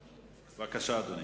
בבקשה, אדוני.